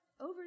over